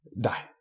die